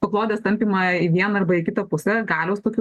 paklodės tampymą į vieną arba į kitą pusę galios tokių